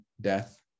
death